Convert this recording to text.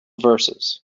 verses